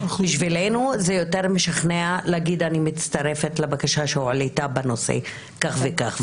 בשבילנו זה יותר משכנע להגיד שאני מצטרפת לבקשה שהועלתה בנושא כך וכך,